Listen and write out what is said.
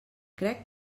crec